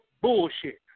bullshit